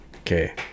okay